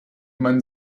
man